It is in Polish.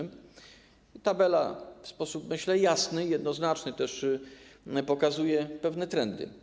Tabela w sposób, myślę, jasny i jednoznaczny też pokazuje pewne trendy.